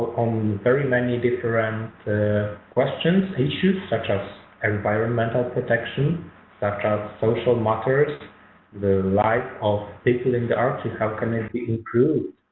on very many different questions, issues such as and environmental protection such as social matters the life of people in the arctic, how can it be improved?